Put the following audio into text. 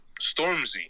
Stormzy